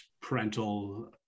parental